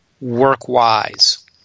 work-wise